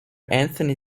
anthony